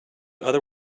other